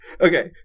Okay